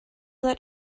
that